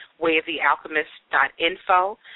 wayofthealchemist.info